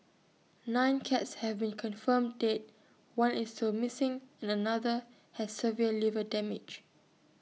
nine cats have been confirmed dead one is still missing and another has severe liver damage